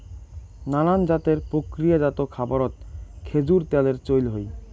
নানান জাতের প্রক্রিয়াজাত খাবারত খেজুর ত্যালের চইল হই